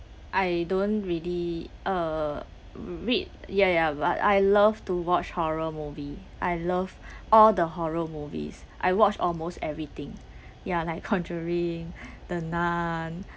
I don't really uh read ya ya but I love to watch horror movie I love all the horror movies I watch almost everything ya like conjuring the nun